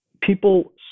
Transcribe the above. People